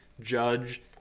judge